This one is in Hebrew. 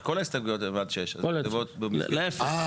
כל ההסתייגויות הן עד 18:00. להיפך.